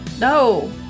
no